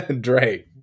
Dre